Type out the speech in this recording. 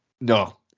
No